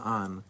on